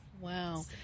Wow